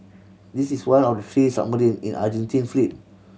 this is one of the three submarine in Argentine fleet